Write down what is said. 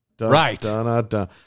right